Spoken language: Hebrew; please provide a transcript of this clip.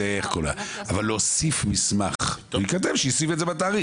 אבל להוסיף מסמך שייכתב שישים את זה בתאריך.